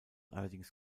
allerdings